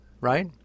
right